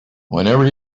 whenever